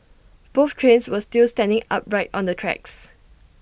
both trains were still standing upright on the tracks